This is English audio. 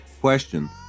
question